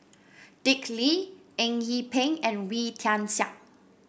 Dick Lee Eng Yee Peng and Wee Tian Siak